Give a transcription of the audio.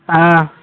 ہاں